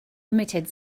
limited